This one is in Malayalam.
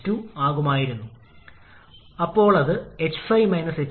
005 ന് തുല്യമായി ഇടേണ്ടതാണ് ഇത് കണക്കാക്കുമ്പോൾ നിങ്ങൾ cp ബാർ ഇടേണ്ടത് 1